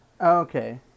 Okay